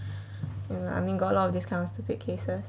no lah I mean got a lot of this kind of stupid cases